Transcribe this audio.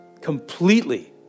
completely